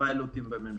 פיילוטים בממשלה.